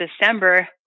December